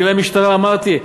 גמלאי משטרה אמרתי,